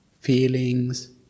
feelings